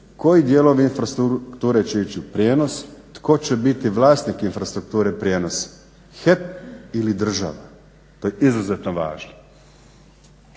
koji dijelovi infrastrukture će ići u prijenos, tko će biti vlasnik infrastrukture prijenosa, HEP ili država. To je izuzetno važno